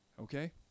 Okay